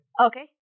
Okay